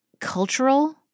cultural